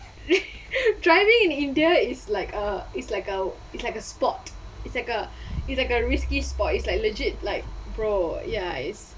driving in india is like uh is like uh it's like a sport it's like a it's like a risky sport it's like legit like bro ya is